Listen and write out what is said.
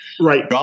Right